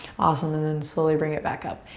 awesome. ah then slowly bring it back up.